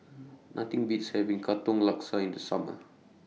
Nothing Beats having Katong Laksa in The Summer